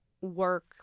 work